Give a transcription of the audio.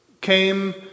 came